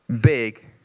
big